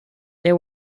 there